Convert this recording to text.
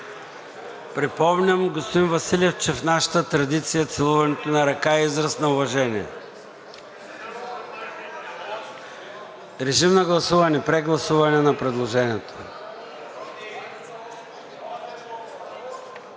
Припомням, господин Василев, че в нашата традиция целуването на ръка е израз на уважение. Режим на гласуване – прегласуваме предложението.